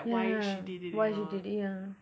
ya why she did it ya